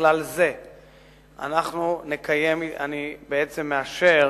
בכלל זה אני בעצם מאשר